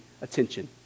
attention